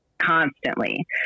constantly